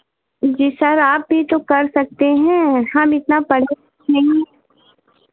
जी sir आप भी तो कर सकते हैं हम इतना पढ़े नहीं हैं